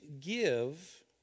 give